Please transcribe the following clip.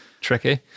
tricky